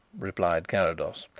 replied carrados.